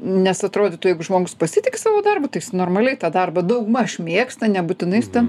nes atrodytų jeigu žmogus pasitiki savo darbu tai jis normaliai tą darbą daugmaž mėgsta nebūtinai jis ten